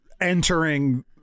entering